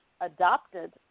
adopted